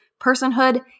Personhood